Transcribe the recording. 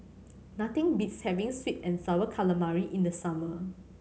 nothing beats having sweet and Sour Calamari in the summer